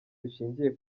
bishingiye